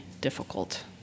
difficult